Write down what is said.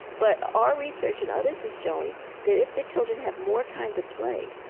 but our research and others' is showing that if the children have more time to play,